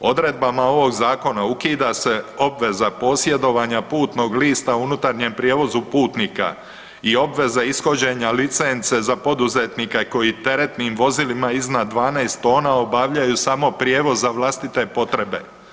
Odredbama ovog Zakona ukida se obveza posjedovanja putnog lista u unutarnjem prijevozu putnika i obveza ishođenja licence za poduzetnike koji teretnim vozilima iznad 12 tona obavljaju samo prijevoz za vlastite potrebe.